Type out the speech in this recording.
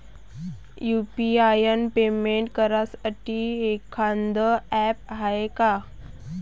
UPI payment करासाठी एखांद app हाय का?